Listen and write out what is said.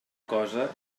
cosa